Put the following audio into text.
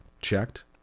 checked